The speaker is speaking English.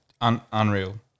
unreal